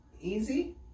Easy